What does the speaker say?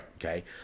Okay